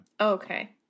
okay